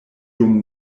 dum